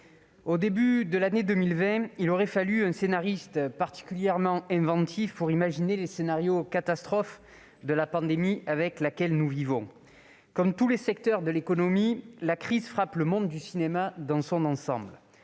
au début de l'année 2020, il aurait fallu un scénariste particulièrement inventif pour imaginer le scénario catastrophe de la pandémie avec laquelle nous vivons. Comme tous les secteurs de l'économie, la crise frappe le monde du cinéma dans son ensemble.